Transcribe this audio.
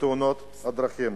בתאונות הדרכים.